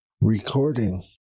recording